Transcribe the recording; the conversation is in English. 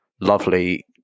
lovely